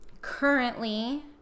currently